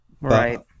Right